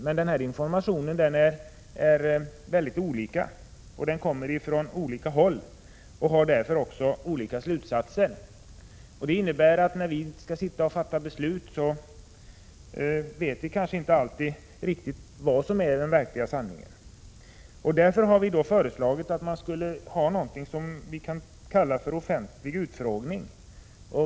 Men denna information kommer från många olika håll, och på dessa olika håll drar man olika slutsatser. Det innebär att när vi skall fatta beslut vet vi inte alltid riktigt vad som är den verkliga sanningen. Av denna anledning har vi föreslagit att man skall ha offentliga utfrågningar.